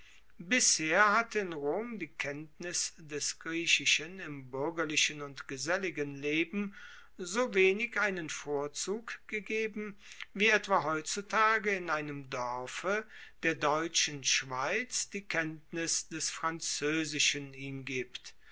bisher hatte in rom die kenntnis des griechischen im buergerlichen und geselligen leben so wenig einen vorzug gegeben wie etwa heutzutage in einem dorfe der deutschen schweiz die kenntnis des franzoesischen ihn gibt